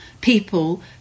people